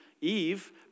Eve